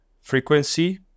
frequency